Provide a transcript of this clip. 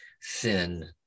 sin